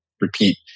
repeat